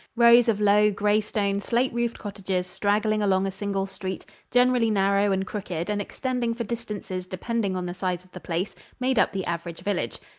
rows of low, gray-stone, slate-roofed cottages straggling along a single street generally narrow and crooked and extending for distances depending on the size of the place made up the average village.